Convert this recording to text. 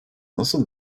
nasıl